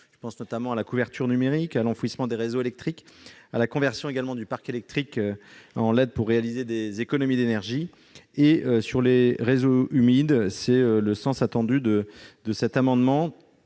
je pense à la couverture numérique, à l'enfouissement des réseaux électriques, à la conversion du parc électrique en leds pour réaliser des économies d'énergie -et sur les réseaux humides. L'adoption de cet amendement